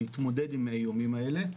להתמודד עם האיומים האלה.